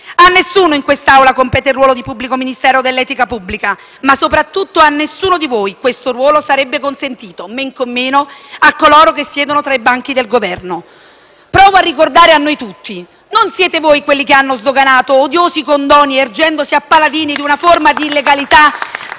A nessuno in quest'Assemblea compete il ruolo di pubblico ministero dell'etica pubblica, ma soprattutto a nessuno di voi questo ruolo sarebbe consentito, men che meno a coloro che siedono tra i banchi del Governo. Provo a ricordare a noi tutti, non siete forse voi quelli che hanno sdoganato odiosi condoni ergendosi a paladini di una delle forme di illegalità